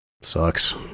Sucks